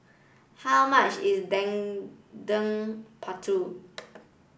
how much is Dendeng Paru